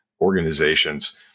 organizations